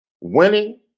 Winning